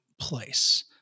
place